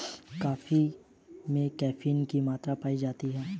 coffee में caffeine की मात्रा पाई जाती है